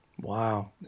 Wow